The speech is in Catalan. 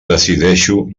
decideixo